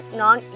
non